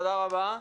תודה רבה.